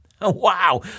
Wow